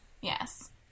Yes